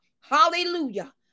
hallelujah